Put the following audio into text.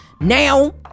Now